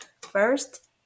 First